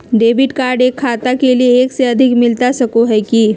Debit card एक खाता के लिए एक से अधिक मिलता सको है की?